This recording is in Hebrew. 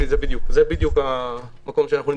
זה בדיוק המקום שאנחנו נמצאים.